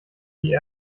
die